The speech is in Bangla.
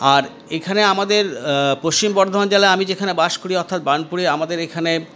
আর এইখানে আমাদের পশ্চিম বর্ধমান জেলায় আমি যেখানে বাস করি অর্থাৎ বার্নপুরে আমাদের এখানে